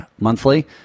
monthly